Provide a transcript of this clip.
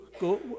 go